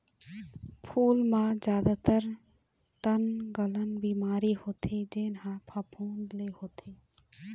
फूल म जादातर तनगलन बिमारी होथे जेन ह फफूंद ले होथे